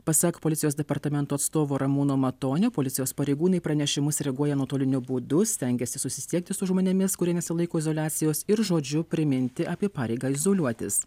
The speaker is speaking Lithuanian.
pasak policijos departamento atstovo ramūno matonio policijos pareigūnai į pranešimus reaguoja nuotoliniu būdu stengiasi susisiekti su žmonėmis kurie nesilaiko izoliacijos ir žodžiu priminti apie pareigą izoliuotis